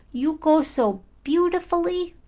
you go so beau tifully!